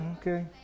okay